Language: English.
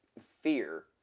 fear